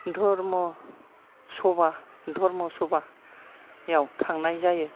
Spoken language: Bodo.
धर्म सभा धर्म सभायाव थांनाय जायो